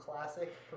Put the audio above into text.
classic